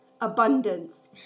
abundance